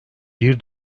bir